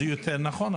זה יותר נכון.